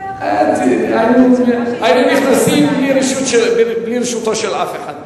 היינו נכנסים בלי רשותו של אף אחד.